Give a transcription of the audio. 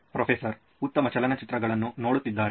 professor ಉತ್ತಮ ಚಲನಚಿತ್ರಗಳನ್ನು ನೋಡುತ್ತಿದ್ದರೆ